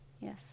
Yes